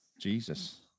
Jesus